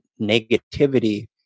negativity